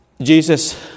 Jesus